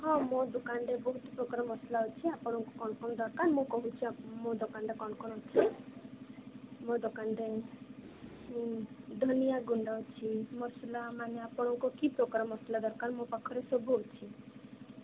ହଁ ମୋ ଦୋକାନରେ ବହୁତ ପ୍ରକାର ମସଲା ଅଛି ଆପଣଙ୍କୁ କ'ଣ କ'ଣ ଦରକାର ମୁଁ କହୁଛି ମୋ ଦୋକାନରେ କ'ଣ କ'ଣ ଅଛି ମୋ ଦୋକାନରେ ଧନିଆଁ ଗୁଣ୍ଡ ଅଛି ମସଲା ମାନେ ଆପଣଙ୍କୁ କି ପ୍ରକାର ମସଲା ଦରକାର ଆମ ପାଖରେ ସବୁ ଅଛି